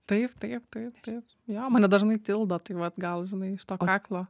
taip taip taip taip jo mane dažnai tildo tai vat gal žinai iš to kaklo